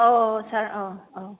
औ सार औ औ